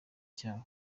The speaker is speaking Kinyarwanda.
cyabo